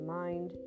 mind